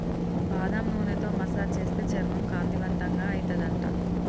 బాదం నూనెతో మసాజ్ చేస్తే చర్మం కాంతివంతంగా అయితది అంట